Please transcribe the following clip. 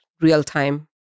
real-time